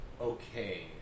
Okay